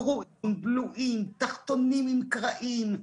קרועים, בלויים, תחתונים עם קרעים.